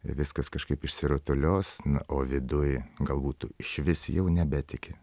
viskas kažkaip išsirutulios o viduj galbūt tu išvis jau nebetiki